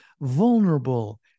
vulnerable